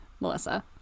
Melissa